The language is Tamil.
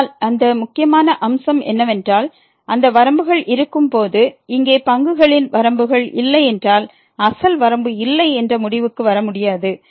ஆனால் அந்த முக்கியமான அம்சம் என்னவென்றால் அந்த வரம்புகள் இருக்கும்போது இங்கே பங்குகளின் வரம்புகள் இல்லையென்றால் அசல் வரம்பு இல்லை என்ற முடிவுக்கு வர முடியாது